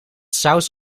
saus